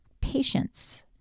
patience